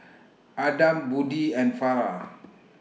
Adam Budi and Farah